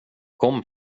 kom